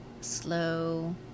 slow